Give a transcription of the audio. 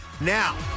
Now